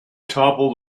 toppled